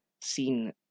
seen